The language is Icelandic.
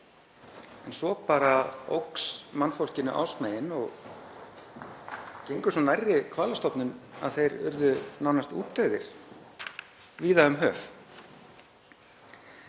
En svo bara óx mannfólkinu ásmegin og gekk svo nærri hvalastofninum að þeir urðu nánast útdauðir víða um höf.